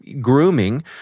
grooming